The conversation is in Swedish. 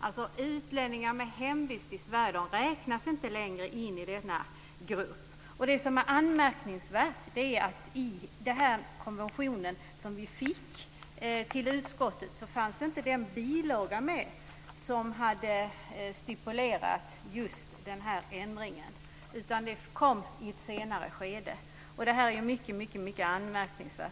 dvs. utlänningar med hemvist i Sverige räknas inte längre in i denna grupp. Det anmärkningsvärda är att i den konvention som lämnades in till utskottet saknades den bilaga där denna ändring stipuleras. Bilagan lämnades in i ett senare skede. Det är mycket anmärkningsvärt.